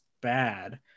bad